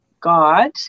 God